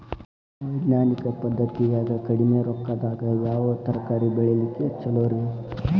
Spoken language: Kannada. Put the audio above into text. ವೈಜ್ಞಾನಿಕ ಪದ್ಧತಿನ್ಯಾಗ ಕಡಿಮಿ ರೊಕ್ಕದಾಗಾ ಯಾವ ತರಕಾರಿ ಬೆಳಿಲಿಕ್ಕ ಛಲೋರಿ?